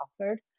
offered